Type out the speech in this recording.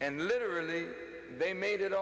and literally they made it